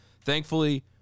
thankfully